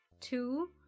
Two